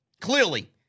Clearly